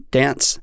dance